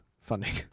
Funding